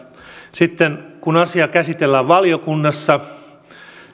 sitten kun asia käsitellään valiokunnassa